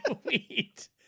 Sweet